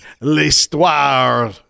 l'histoire